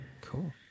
cool